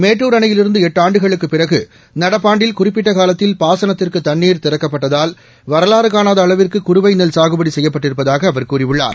மேட்டுர் அணையிலிருந்து எட்டு ஆண்டுகளுக்குப் பிறகு நடப்பாண்டில் குறிப்பிட்ட காலத்தில் பாசனத்திற்கு தண்ணீர் திறக்கப்பட்டதால் வரவாறு காணாத அளவிற்கு குறுவை நெல் செய்யப்பட்டிருப்பதாக அவர் கூறியுள்ளார்